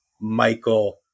Michael